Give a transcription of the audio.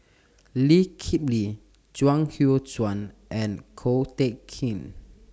Lee Kip Lee Chuang Hui Tsuan and Ko Teck Kin